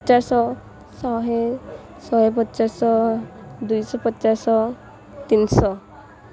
ପଚାଶ ଶହେ ଶହେ ପଚାଶ ଦୁଇଶହ ପଚାଶ ତିତିଶହ